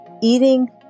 Eating